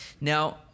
Now